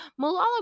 malala